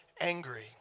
angry